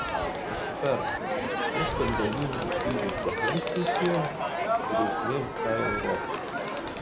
ekspertai po skandalingų įvykių helsinkyje grėsmė visai europai